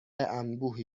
انبوهی